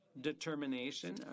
determination